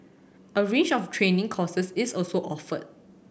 a range of training courses is also offered